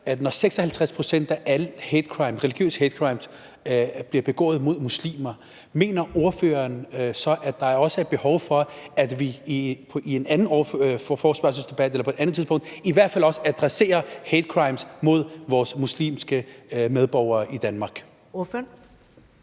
Når 56 pct. af alle religiøse hate crimes bliver begået mod muslimer, mener ordføreren så også, der er behov for, at vi i en anden forespørgselsdebat eller i hvert fald på et andet tidspunkt adresserer hate crimes mod vores muslimske medborgere i Danmark?